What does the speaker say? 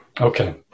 Okay